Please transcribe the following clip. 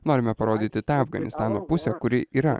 norime parodyti tą afganistano pusę kuri yra